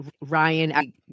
Ryan